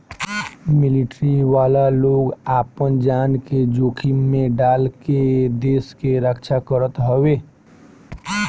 military वाला लोग आपन जान के जोखिम में डाल के देस के रक्षा करत हवे